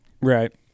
Right